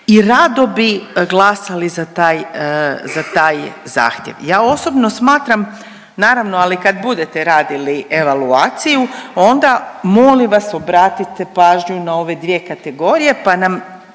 i rado bi glasali za taj, za taj zahtjev. Ja osobno smatram naravno ali kad budete raditi evaluaciju onda molim vas obratite pažnju na ove dvije kategorije, pa nam,